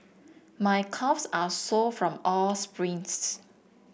my calves are sore from all the sprints